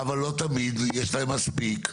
אבל לא תמיד יש להם מספיק,